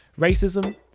racism